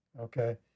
Okay